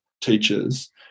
teachers